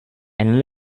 and